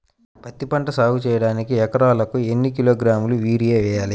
పత్తిపంట సాగు చేయడానికి ఎకరాలకు ఎన్ని కిలోగ్రాముల యూరియా వేయాలి?